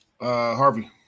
Harvey